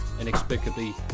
inexplicably